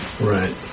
Right